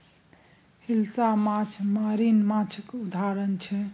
हिलसा माछ मरीन माछक उदाहरण छै